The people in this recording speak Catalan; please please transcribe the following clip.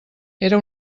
era